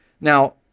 Now